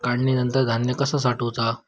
काढणीनंतर धान्य कसा साठवुचा?